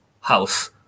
house